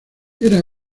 era